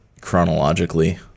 chronologically